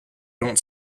don’t